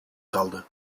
kaldı